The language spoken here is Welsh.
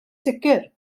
sicr